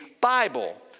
Bible